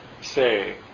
say